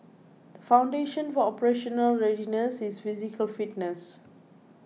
the foundation for operational readiness is physical fitness